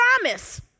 promise